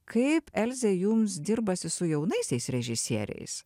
kaip elze jums dirbasi su jaunaisiais režisieriais